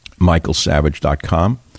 michaelsavage.com